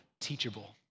teachable